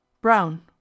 Brown